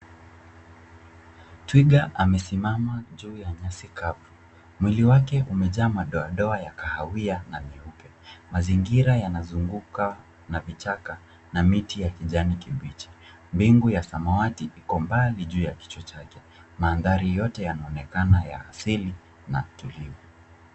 Twiga amesimama juu ya nyasi kavu. Mwili wake umejaa madoadoa ya kahawia na mieupe. Mazingira yanazunguka na vichaka na miti ya kijani kibichi. Bingu ya samawati iko mbali juu ya kichwa chake. Mandhari yote yanaonekana ya asili na tulivu.